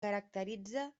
caracteritza